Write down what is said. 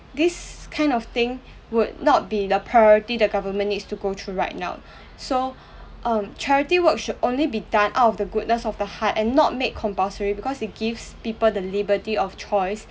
this kind of thing would not be the priority the government needs to go through right now so um charity work should only be done out of the goodness of the heart and not made compulsory because it gives people the liberty of choice